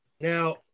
now